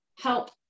help